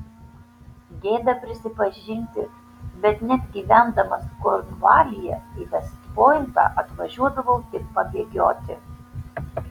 gėda prisipažinti bet net gyvendamas kornvalyje į vest pointą atvažiuodavau tik pabėgioti